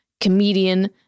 comedian-